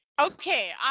okay